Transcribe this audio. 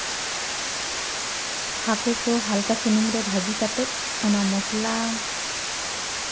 ᱦᱟᱹᱠᱩ ᱠᱚ ᱦᱟᱞᱠᱟ ᱥᱩᱱᱩᱢ ᱨᱮ ᱵᱷᱟᱹᱡᱤ ᱠᱟᱛᱮ ᱚᱱᱟ ᱢᱚᱥᱞᱟ